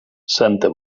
santa